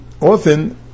Often